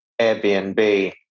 Airbnb